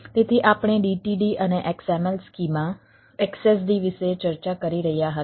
તેથી આપણે DTD અને XML સ્કીમા XSD વિશે ચર્ચા કરી રહ્યા હતા